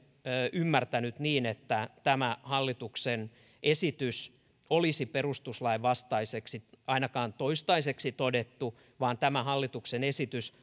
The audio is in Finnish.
ymmärtänyt niin että tämä hallituksen esitys olisi perustuslain vastaiseksi ainakaan toistaiseksi todettu vaan tämä hallituksen esitys